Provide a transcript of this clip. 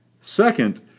Second